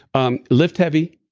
um lift heavy,